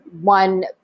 one